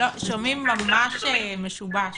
שנמסר ממשרד הרווחה,